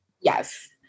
Yes